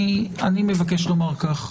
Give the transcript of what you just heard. אני מבקש לומר כך: